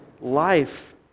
life